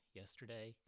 yesterday